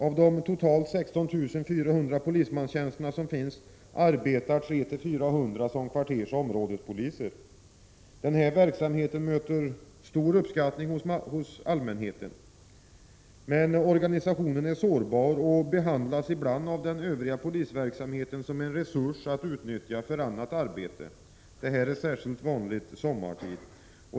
Av de totalt 16 400 polismän som finns arbetar 300-400 som kvartersoch områdespoliser. Verksamheten möter stor uppskattning hos allmänheten. Men organisationen är sårbar och behandlas ibland av den övriga polisverksamheten som en resurs som kan nyttjas för annat arbete. Det är särskilt vanligt sommartid.